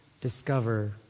discover